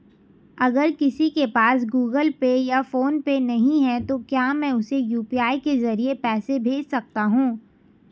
अगर किसी के पास गूगल पे या फोनपे नहीं है तो क्या मैं उसे यू.पी.आई के ज़रिए पैसे भेज सकता हूं?